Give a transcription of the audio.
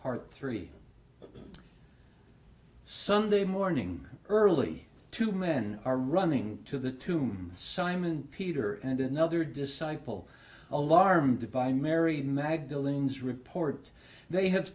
part three sunday morning early two men are running to the tomb simon peter and another disciple alarmed by mary magdalene's report they have